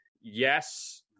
yes